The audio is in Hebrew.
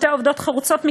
שתי עובדות חרוצות,